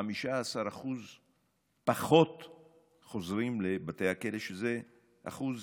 כ-15% פחות חוזרים לבתי הכלא, שזה אחוז